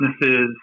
businesses